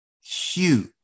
huge